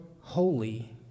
holy